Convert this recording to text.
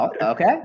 Okay